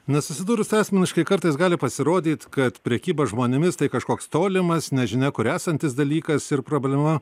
nesusidūrus asmeniškai kartais gali pasirodyt kad prekyba žmonėmis tai kažkoks tolimas nežinia kur esantis dalykas ir problema